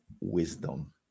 wisdom